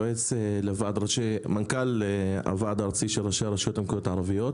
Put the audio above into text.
יועץ למנכ"ל הוועד הארצי של ראשי הרשויות המקומיות הערביות.